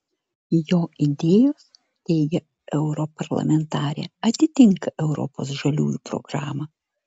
jo idėjos teigia europarlamentarė atitinka europos žaliųjų programą